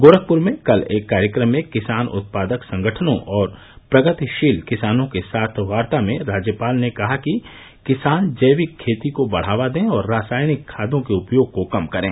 गोरखपुर में कल एक कार्यक्रम में किसान उत्पादक संगठनों और प्रगतिशील किसानों के साथ वार्ता में राज्यपाल ने कहा कि किसान जैविक खेती को बढ़ावा दें और रासायनिक खादों के उपयोग को कम करें